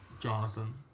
Jonathan